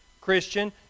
Christian